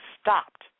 stopped